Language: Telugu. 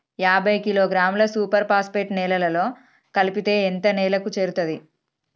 యాభై కిలోగ్రాముల సూపర్ ఫాస్ఫేట్ నేలలో కలిపితే ఎంత నేలకు చేరుతది?